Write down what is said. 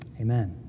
Amen